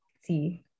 see